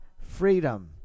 freedom